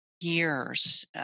years